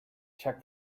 check